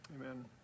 amen